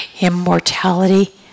immortality